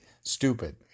stupid